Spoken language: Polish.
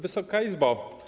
Wysoka Izbo!